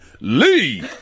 Lee